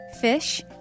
Fish